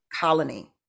colony